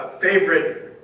favorite